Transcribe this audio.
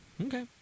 Okay